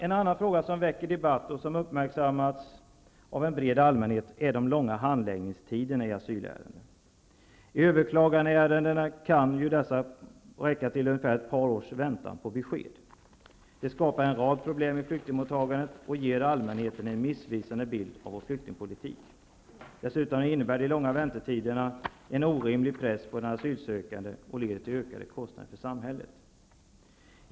En annan fråga som väcker debatt och som har uppmärksammats av en bred allmänhet är de långa handläggningstiderna i asylärendena. I överklagandeärendena kan man få vänta ett par år på besked. Det skapar en rad problem i flyktingmottagandet och ger allmänheten en missvisande bild av vår flyktingpolitik. Dessutom innebär de långa väntetiderna en orimlig press på den asylsökande, samtidigt som de leder till ökade kostnader för samhället.